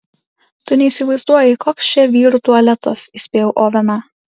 tu neįsivaizduoji koks čia vyrų tualetas įspėjau oveną